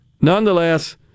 nonetheless